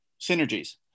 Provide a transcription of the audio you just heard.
Synergies